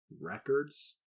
records